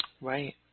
Right